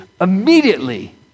immediately